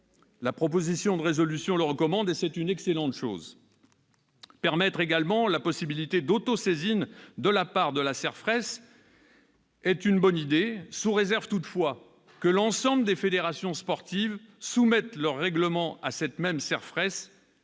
La proposition de résolution le recommande, et c'est une excellente chose. Permettre également la possibilité d'autosaisine de la CERFRES est une bonne idée, sous réserve toutefois que l'ensemble des fédérations sportives lui soumettent leur règlement. Et c'est là que